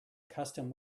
custom